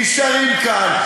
נשארים כאן,